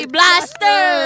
Blaster